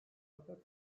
fakat